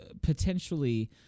potentially